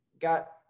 got